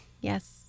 Yes